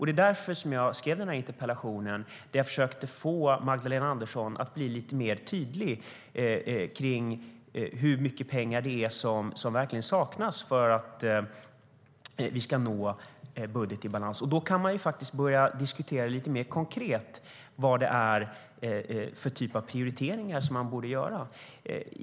Det är därför som jag skrev den här interpellationen, där jag försökte få Magdalena Andersson att bli lite mer tydlig i fråga om hur mycket pengar det är som verkligen saknas för att vi ska nå en budget i balans. Då kan man faktiskt börja diskutera lite mer konkret vilken typ av prioriteringar som borde göras.